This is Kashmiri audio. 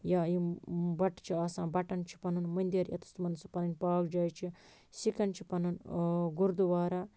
یا یِم بَٹہٕ چھِ آسان بَٹَن چھُ پَنُن مندِر ییٚتَس تِمن سُہ پَننۍ پاک جاے چھِ سِکَن چھُ پَنُن گُردُوارہ